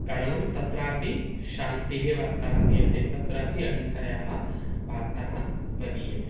कारणं तत्रापि शान्तेः एव वार्ता दीयते तत्रापि अहिंसायाः वार्ता प्रदीयते